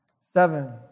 Seven